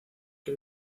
que